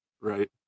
Right